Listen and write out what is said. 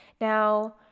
now